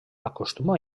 acostuma